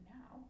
now